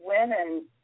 women